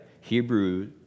Hebrew